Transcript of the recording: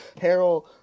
Harold